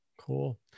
Cool